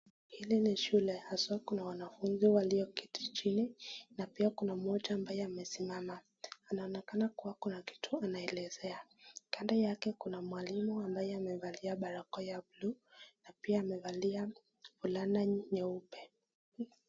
Hili ni shule haswaa kuna wanafunzi walioketi chini na pia kuna mmoja ambaye amesimama inaonekana kuwa kuna kitu anaelezea kando yake kuna mwalimu ambaye amevalia barakoa ya buluu na pia amevalia fulana nyeupe.